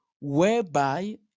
whereby